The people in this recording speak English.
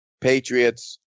Patriots